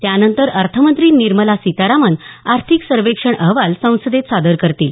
त्यानंतर अर्थमंत्री निर्मला सीतारामन आर्थिक सर्वेक्षण अहवाल संसदेत सादर करतील